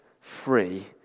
free